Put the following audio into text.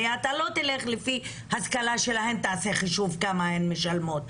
הרי אתה לא תלך לפי השכלה שלהן ותעשה חישוב כמה הן משלמות,